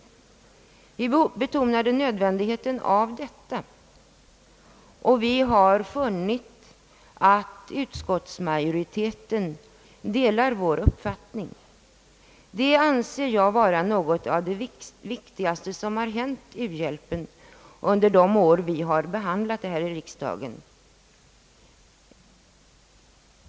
Vi betonade nödvändigheten av detta, och vi har funnit att utskottsmajoriteten delar vår uppfattning. Det anser jag vara något av det viktigaste som har hänt u-hjälpen under de år vi har behandlat frågan här 1 riksdagen.